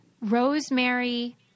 rosemary